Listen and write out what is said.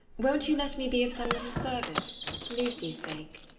won't you let me be of some little service for lucy's sake?